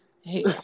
Hey